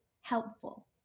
Helpful